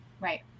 right